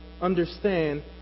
understand